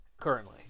currently